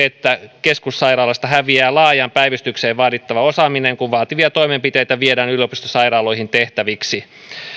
että keskussairaalasta häviää laajaan päivystykseen vaadittava osaaminen kun vaativia toimenpiteitä viedään yliopistosairaaloihin tehtäväksi